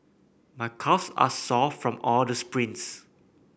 my calves are sore from all the sprints